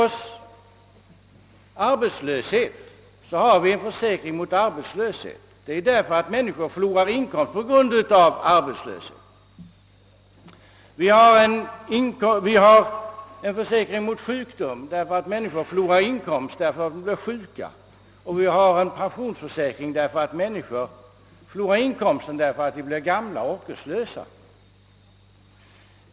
Vi har en försäkring mot arbetslöshet därför att människor förlorar inkomst på grund av arbetslöshet. Vi har en försäkring mot sjukdom därför att människor förlorar inkomst då de blir sjuka, och vi har en pensionsförsäkring därför att människor förlorar inkomsten när de blir gamla och orkeslösa.